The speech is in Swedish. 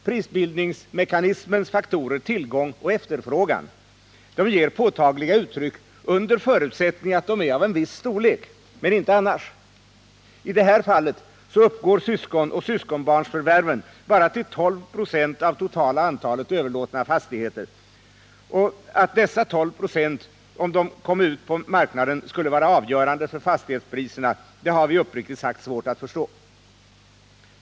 Prisbildningsmekanismens faktorer tillgång och efterfrågan ger påtagliga uttryck under förutsättning att de är av en viss storlek, men inte annars. I det här fallet uppgår syskonoch syskonbarnsförvärven bara till 12 96 av det totala antalet överlåtna fastigheter, och att dessa 12 26, om de kommer ut på den allmänna marknaden, skulle vara avgörande för fastighetspriserna har vi uppriktigt sagt svårt att förstå.